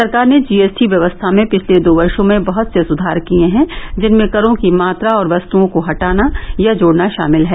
सरकार ने G S T व्यवस्था में पिछर्ले दो वर्षो में बहुत से सुधार किये हैं जिनमें करों की मात्रा और वस्तुओं को हटाना या जोड़ना शामिल हैं